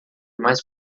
mais